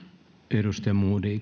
arvoisa